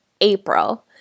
april